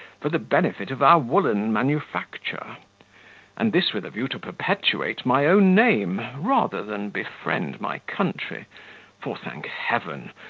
for the benefit of our woollen manufacture and this with a view to perpetuate my own name, rather than befriend my country for, thank heaven!